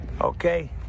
Okay